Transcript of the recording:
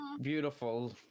beautiful